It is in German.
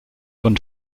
und